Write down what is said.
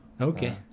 Okay